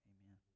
Amen